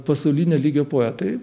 pasaulinio lygio poetai